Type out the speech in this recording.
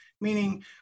meaning